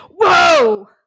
Whoa